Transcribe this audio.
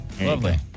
Lovely